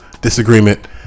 disagreement